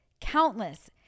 countless